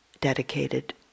dedicated